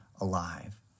alive